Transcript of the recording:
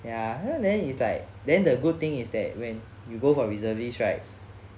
ya then it's like then the good thing is that when you go for reservist right